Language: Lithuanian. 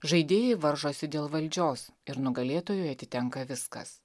žaidėjai varžosi dėl valdžios ir nugalėtojui atitenka viskas